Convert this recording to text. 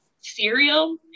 Cereal